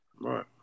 Right